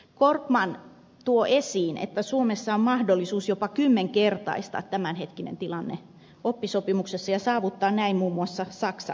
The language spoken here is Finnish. korkman tuo esiin että suomessa on mahdollisuus jopa kymmenkertaistaa tämänhetkinen tilanne oppisopimuksessa ja saavuttaa näin muun muassa saksan taso